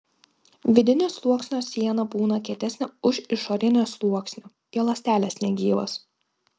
vidinio sluoksnio siena būna kietesnė už išorinio sluoksnio jo ląstelės negyvos